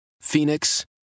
Phoenix